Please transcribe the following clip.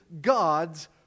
God's